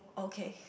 okay